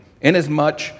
inasmuch